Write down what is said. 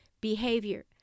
behavior